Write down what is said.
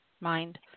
mind